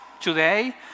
today